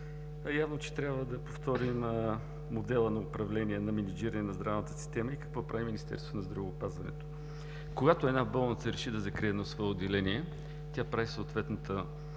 Явно, че трябва да повторим модела на управление на менажиране на здравната система и какво прави Министерството на здравеопазването. Когато една болница реши да закрие едно свое отделение, тя прави съответното